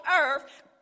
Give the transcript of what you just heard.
earth